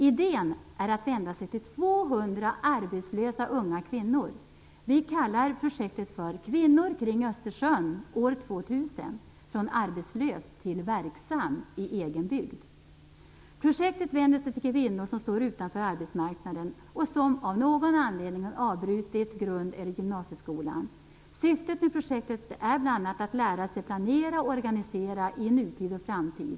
Idén är att vända sig till 200 arbetslösa unga kvinnor. Vi kallar projektet "Kvinnor kring Östersjön år 2000 - från arbetslös till verksam i egen bygd". Projektet vänder sig till kvinnor som står utanför arbetsmarknaden och som av någon anledning har avbrutit sina studier på grund eller gymnasieskolan. Syftet med projektet är bl.a. att man skall lära sig att planera och organisera i nutid och framtid.